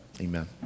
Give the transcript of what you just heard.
Amen